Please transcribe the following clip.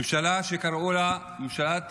ממשלה שקראו לה ממשלת